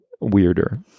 weirder